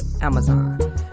Amazon